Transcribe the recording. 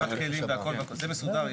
התכוונתי לציוד, אני מצטט את הציוד.